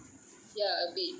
ya a bit